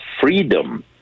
freedom